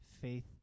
faith